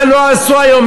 מה לא עשו היום?